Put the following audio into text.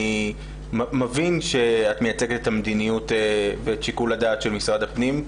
אני מבין שאת מייצגת את המדיניות ואת שיקול הדעת של משרד הפנים,